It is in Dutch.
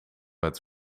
het